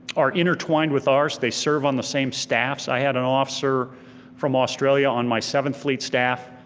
are intertwined with ours, they serve on the same staffs. i had an officer from australia on my seventh fleet staff,